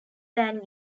than